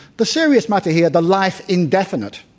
the serious matter here, the life indefinite,